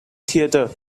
theatre